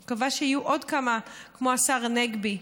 אני מקווה שיהיו עוד כמה כמו השר הנגבי,